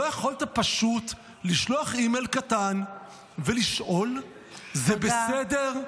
לא יכולת פשוט לשלוח אימייל קטן ולשאול אם זה בסדר?